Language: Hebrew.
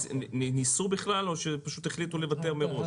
ניסו בכלל או פשוט החליטו לוותר מראש?